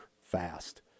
fast